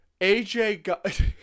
AJ